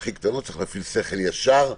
הכי קטנות צריך להפעיל שכל ישר.